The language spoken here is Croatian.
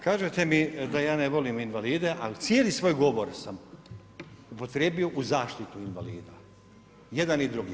Kažete mi da ja ne volim invalide, a cijeli svoj govor sam upotrijebio u zaštitu invalida, jedan i drugi.